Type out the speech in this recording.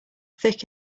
thick